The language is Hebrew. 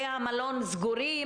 בתי המלון סגורים.